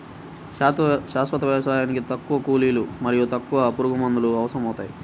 శాశ్వత వ్యవసాయానికి తక్కువ కూలీలు మరియు తక్కువ పురుగుమందులు అవసరమవుతాయి